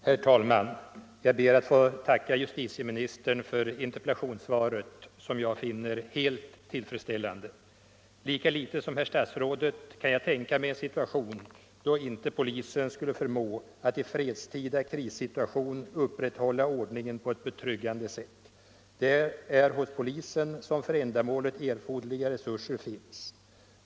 Herr talman! Jag ber att få tacka justitieministern för interpellationssvaret, som jag finner helt tillfredsställande. Lika litet som herr statsrådet kan jag tänka mig en situation då inte polisen skulle förmå att i fredstida krissituationer upprätthålla ordningen på betryggande sätt. Det är hos polisen som för ändamålet erforderliga resurser finns.